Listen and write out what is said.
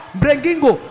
brengingo